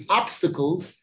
obstacles